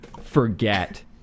forget